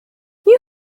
you